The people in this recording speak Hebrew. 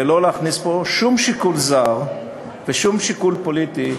ולא להכניס פה שום שיקול זר ושום שיקול פוליטי,